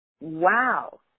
Wow